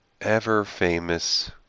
ever-famous